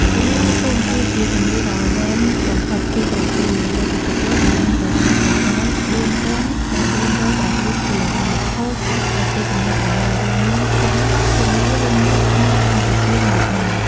ទន្លេមេគង្គ គឺជាទន្លេដ៏វែងបំផុតទី៧ នៅលើពិភពលោក ដែលមានប្រវែងប្រហែល ៤,៩០៩ គីឡូម៉ែត្រ ហូរកាត់ប្រទេសចំនួន៦ រួមមាន ចិន ភូមា ឡាវ ថៃ កម្ពុជា និងវៀតណាម។